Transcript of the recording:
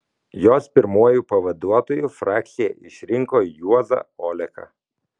jos pirmuoju pavaduotoju frakcija išrinko juozą oleką